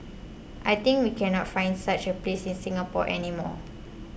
I think we cannot find such a place in Singapore any more